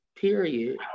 Period